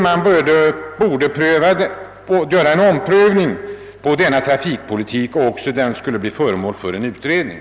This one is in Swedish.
Man borde göra en omprövning av trafikpolitiken genom att tillsätta en utredning.